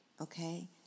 okay